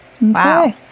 Wow